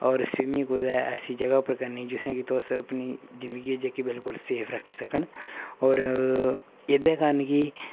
होर स्वीमिंग कुदै ऐसी जगह उप्पर करनी जित्थें कि तुस अपनी जिंदगी जेह्की बिलकुल सेफ रक्खी सकन होर एह्दे कारण कि